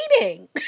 reading